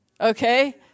Okay